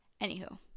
anywho